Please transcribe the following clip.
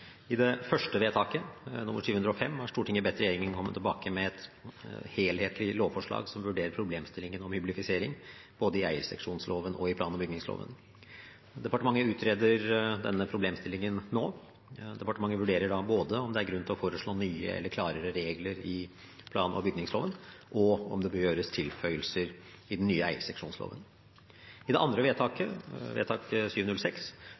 I det første vedtaket, 705, har Stortinget bedt «regjeringen komme tilbake til Stortinget med et helhetlig lovforslag som vurderer problemstillingen om hyblifisering både i eierseksjonsloven og i plan- og bygningsloven.» Departementet utreder denne problemstillingen nå. Departementet vurderer både om det er grunn til å foreslå nye eller klarere regler i plan- og bygningsloven, og om det bør gjøres tilføyelser i den nye eierseksjonsloven. I det andre